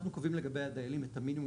אנחנו קובעים לגבי הדיילים את המינימום